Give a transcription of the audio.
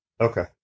Okay